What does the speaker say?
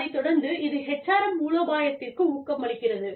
அதைத் தொடர்ந்து இது HRM மூலோபாயத்திற்கு ஊக்கமளிக்கிறது